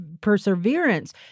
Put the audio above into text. perseverance